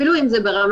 אפילו אם זה ברמה